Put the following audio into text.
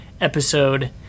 episode